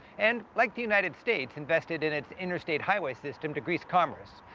and, like the united states invested in its interstate highway system to grease commerce,